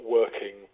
working